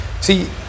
See